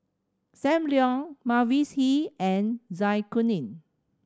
Sam Leong Mavis Hee and Zai Kuning